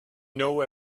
know